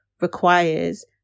requires